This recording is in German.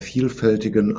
vielfältigen